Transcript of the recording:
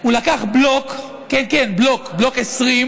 הוא לקח בלוק, כן, כן, בלוק, בלוק 20,